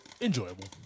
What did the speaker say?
enjoyable